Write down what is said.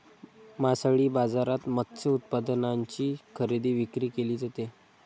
मासळी बाजारात मत्स्य उत्पादनांची खरेदी विक्री केली जाते